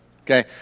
Okay